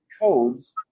codes